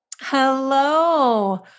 Hello